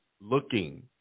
looking